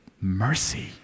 Mercy